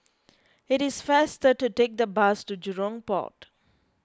it is faster to take the bus to Jurong Port